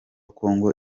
congo